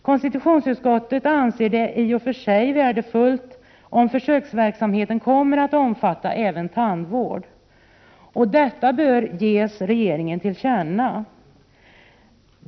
Konstitutionsutskottet anser det i och för sig vara värdefullt om försöksverksamheten omfattar även tandvård. Detta bör ges regeringen till känna.